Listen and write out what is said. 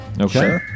Okay